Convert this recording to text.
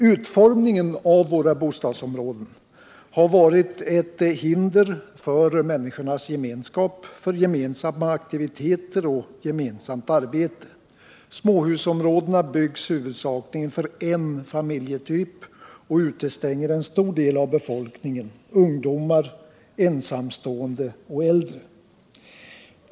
Utformningen av våra bostadsområden har varit ett hinder för människors gemenskap, för gemensamma aktiviteter och gemensamt arbete. Småhusområden byggs huvudsakligen för en familjetyp och utestänger en stor del av befolkningen — ungdomar, ensamstående och äldre.